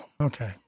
Okay